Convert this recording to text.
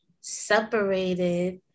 separated